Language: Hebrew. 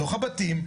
בתוך הבתים,